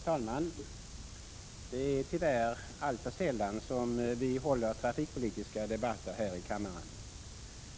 Herr talman! Det är tyvärr alltför sällan som vi håller trafikpolitiska debatter här i kammaren.